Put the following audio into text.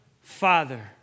Father